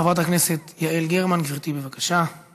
חברת הכנסת יעל גרמן, שלוש